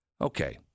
Okay